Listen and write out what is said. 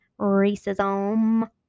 racism